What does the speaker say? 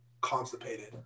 constipated